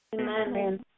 Amen